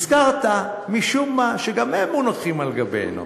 הזכרת משום מה שגם הן מונפות על גבנו.